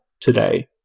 today